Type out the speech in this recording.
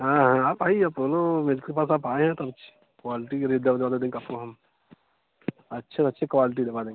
हाँ हाँ आप आइए अपोलो मेडिकल के पास आप आए हैं तो हम अच्छी क्वालटी के रेट दवा देंगे आपको हम अच्छे अच्छी क्वालटी दवा देंगे